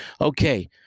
Okay